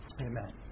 Amen